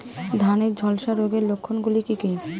ধানের ঝলসা রোগের লক্ষণগুলি কি কি?